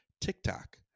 TikTok